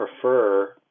prefer